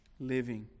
living